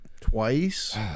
twice